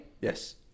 yes